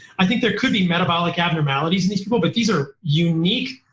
i think there could be metabolic abnormalities in these people, but these are unique,